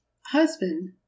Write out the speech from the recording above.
husband